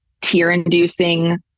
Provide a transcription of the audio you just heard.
tear-inducing